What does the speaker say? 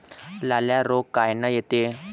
लाल्या रोग कायनं येते?